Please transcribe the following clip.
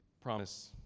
promise